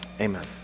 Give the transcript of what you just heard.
amen